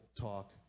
talk